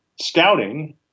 scouting